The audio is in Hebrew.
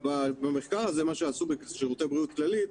במחקר הזה מה שעשו בשירותי בריאות כללית,